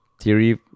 theory